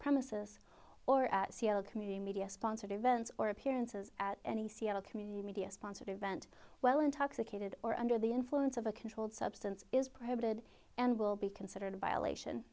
premises or at c l community media sponsored events or appearances at any seattle community media sponsored event well intoxicated or under the influence of a controlled substance is prohibited and will be considered violation